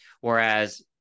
Whereas